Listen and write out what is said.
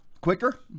Quicker